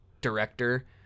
director